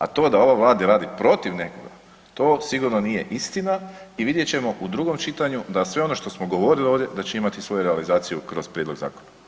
A to da ova Vlada radi protiv nekoga, to sigurno nije istina i vidjet ćemo u drugom čitanju da sve ono što smo govorili ovdje da će imati svoju realizaciju kroz prijedlog zakona.